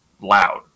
loud